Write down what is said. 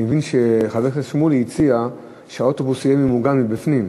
אני מבין שחבר הכנסת שמולי הציע שהאוטובוס יהיה ממוגן מבפנים,